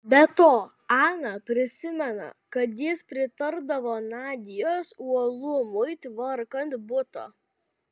be to ana prisimena kad jis pritardavo nadios uolumui tvarkant butą